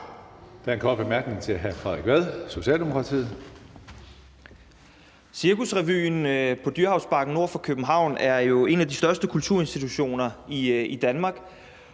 en kort bemærkning til hr. Frederik Vad, Socialdemokratiet. Kl. 12:51 Frederik Vad (S): Cirkusrevyen på Dyrehavsbakken nord for København er jo en af de største kulturinstitutioner i Danmark,